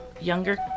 younger